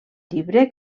llibre